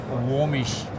warmish